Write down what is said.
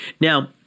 Now